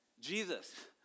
jesus